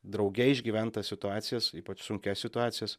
drauge išgyvent tas situacijas ypač sunkias situacijas